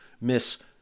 miss